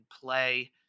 play